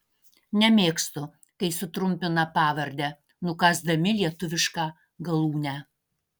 nemėgstu kai sutrumpina pavardę nukąsdami lietuvišką galūnę